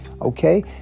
okay